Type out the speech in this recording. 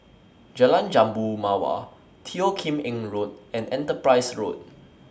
Jalan Jambu Mawar Teo Kim Eng Road and Enterprise Road